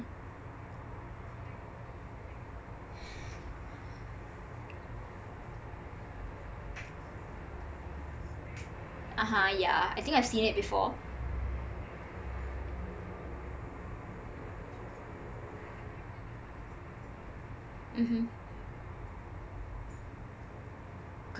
(uh huh) yah I think I have seen it before mmhmm